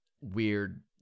weird